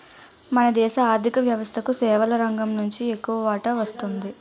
మన దేశ ఆర్ధిక వ్యవస్థకు సేవల రంగం నుంచి ఎక్కువ వాటా వస్తున్నది